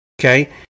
okay